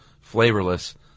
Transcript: flavorless